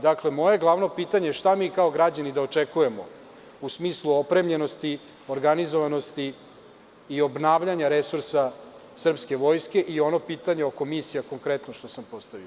Dakle, moje glavno pitanje je šta mi kao građani da očekujemo u smislu opremljenosti, organizovanosti i obnavljanja resursa Vojske Srbije i ono pitanje oko misija konkretno što sam postavio?